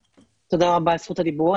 תודה רבה על זכות הדיבור.